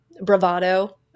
bravado